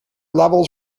levels